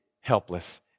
helpless